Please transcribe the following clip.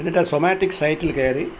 എന്നിട്ട് ആ സൊമാറ്റോ സൈറ്റിൽ കയറി